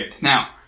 Now